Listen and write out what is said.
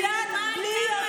לימור,